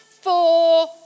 four